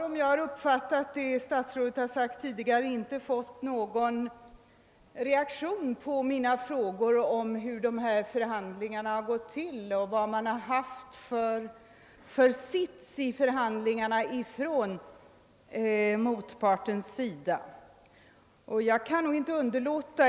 Om jag har uppfattat statsrådet rätt, kan jag inte finna att det förmärkts någon reaktion på mina frågor om hur förhandlingarna gått till och vilken sits motparten har haft vid förhandlingarna.